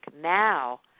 Now